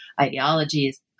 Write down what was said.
ideologies